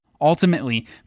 Ultimately